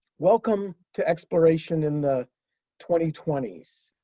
welcome to exploration in the twenty twenty s.